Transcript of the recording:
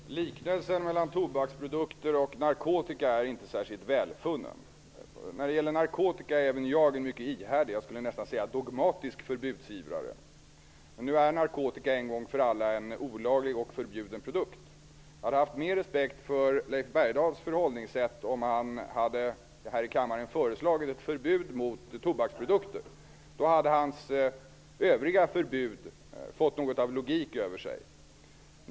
Herr talman! Liknelsen mellan tobaksprodukter och narkotika är inte särskilt välfunnen. När det gäller narkotika är jag en mycket ihärdig, för att inte säga dogmatisk, förbudsivrare. Nu är narkotika en gång för alla en olaglig och förbjuden produkt. Jag hade haft mer respekt för Leif Bergdahls förhållningssätt om han i kammaren hade föreslagit ett förbud mot tobaksprodukter. Då hade hans övriga förbud fått något av logik över sig.